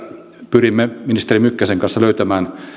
pyrimme ministeri mykkäsen kanssa löytämään